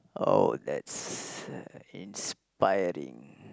oh that's uh inspiring